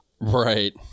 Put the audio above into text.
Right